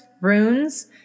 runes